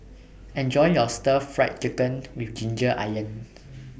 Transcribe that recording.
Enjoy your Stir Fry Chicken with Ginger Onions